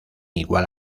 igual